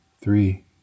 three